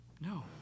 No